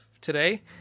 today